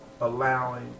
allowing